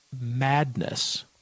madness